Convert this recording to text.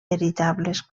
veritables